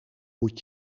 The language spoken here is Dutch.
moet